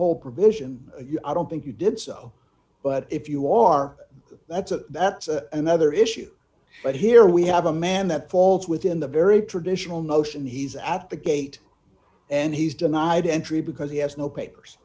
whole provision i don't think you did so but if you are that's another issue but here we have a man that falls within the very traditional notion he's at the gate and he's denied entry because he has no papers